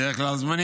בדרך כלל זמנית.